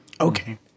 Okay